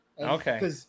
Okay